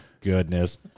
goodness